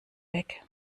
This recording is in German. weg